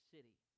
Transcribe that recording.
City